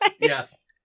yes